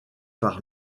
par